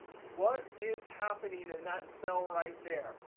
what is happening in that cell right there?